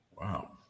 Wow